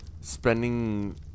spending